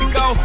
go